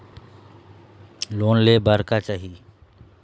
Loan ले बार का चाही?